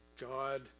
God